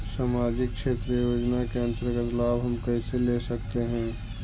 समाजिक क्षेत्र योजना के अंतर्गत लाभ हम कैसे ले सकतें हैं?